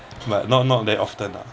but not not that often lah